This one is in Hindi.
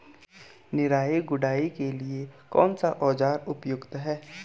निराई गुड़ाई के लिए कौन सा औज़ार उपयुक्त है?